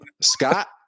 Scott